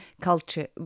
culture